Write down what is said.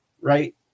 Right